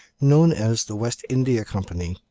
known as the west india company.